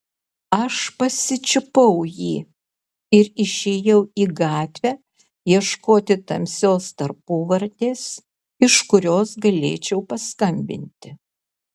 aš pasičiupau jį ir išėjau į gatvę ieškoti tamsios tarpuvartės iš kurios galėčiau paskambinti